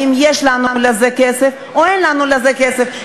אם יש לנו לזה כסף או אין לזה כסף,